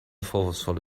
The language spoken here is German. vorwurfsvolle